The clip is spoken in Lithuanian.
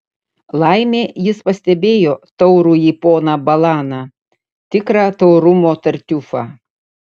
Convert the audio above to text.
laimė jis pastebėjo taurųjį poną balaną tikrą taurumo tartiufą